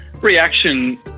reaction